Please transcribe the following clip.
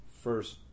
first